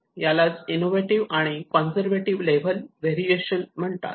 यालाच इनोव्हेटिव्ह आणि conservative level variation म्हणतात